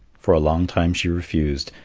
for a long time she refused,